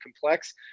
complex